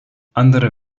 andere